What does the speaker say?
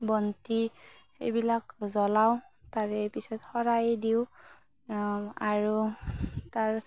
বন্তি এইবিলাক জ্বলাওঁ তাৰে পিছত শৰাই দিওঁ আৰু তাৰ